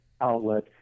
outlet